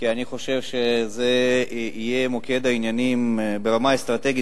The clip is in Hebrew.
אני חושב שזה יהיה מוקד העניינים ברמה האסטרטגית